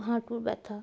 হাঁটুর ব্যথা